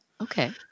Okay